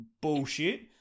bullshit